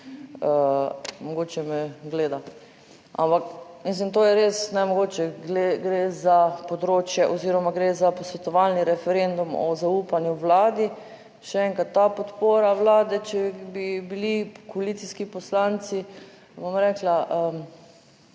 Ampak, mislim, to je res nemogoče, gre za področje oziroma gre za posvetovalni referendum o zaupanju Vladi. Še enkrat ta podpora vlade, če bi bili koalicijski poslanci, bom rekla,